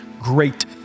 great